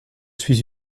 suis